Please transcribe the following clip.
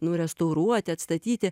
nu restauruoti atstatyti